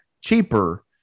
cheaper